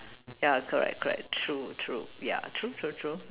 yeah correct correct true true ah yeah true true true